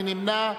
מי נמנע?